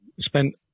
Spent